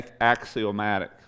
axiomatic